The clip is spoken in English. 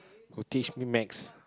who teach me maths